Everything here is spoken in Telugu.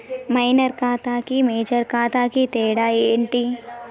మైనర్ ఖాతా కి మేజర్ ఖాతా కి తేడా ఏంటి?